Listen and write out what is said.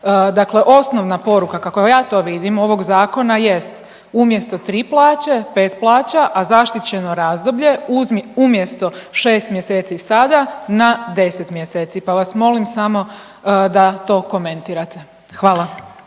Dakle osnovna poruka kako ja to vidim ovog Zakona jest, umjesto 3 plaće, 5 plaća, a zaštićeno razdoblje, umjesto 6 mjeseci sada, na 10 mjeseci pa vas molim samo da to komentirate. Hvala.